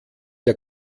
der